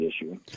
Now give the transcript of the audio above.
issue